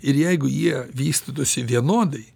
ir jeigu jie vystytųsi vienodai